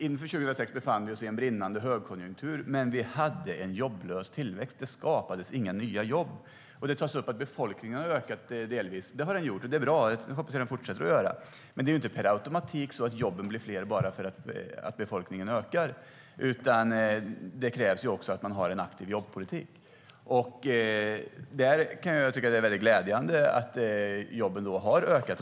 Inför 2006 befann vi oss i en brinnande högkonjunktur, men vi hade en jobblös tillväxt. Det skapades inga nya jobb. Det har tagits upp att befolkningen har ökat. Det har den gjort, och det är bra. Jag hoppas att den fortsätter att göra det. Men jobben blir inte fler per automatik bara för att befolkningen ökar. Det krävs att man har en aktiv jobbpolitik. Det är glädjande att jobben har ökat.